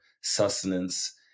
sustenance